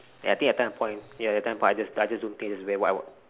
ya I think that time of point ya that time of point I just I just don't think that's very what I